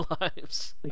lives